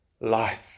life